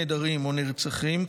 נעדרים או נרצחים,